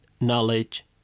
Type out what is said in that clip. knowledge